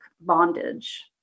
bondage